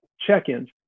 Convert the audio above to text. check-ins